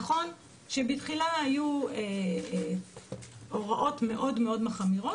נכון שבתחילה היו הוראות מאוד מאוד מחמירות,